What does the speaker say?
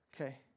Okay